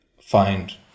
find